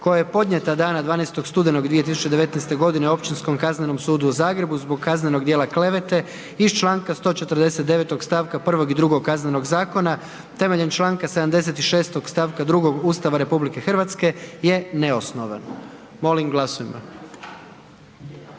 koja je podnijeta dana 12. studenog 2019. g Općinskom kaznenom sudu u Zagrebu zbog kaznenog djela klevete iz članka 149. stavka 1. i 2. Kaznenog zakona temeljem članka 76. stavka 2. Ustava RH je neosnovano.“. Molim glasujmo.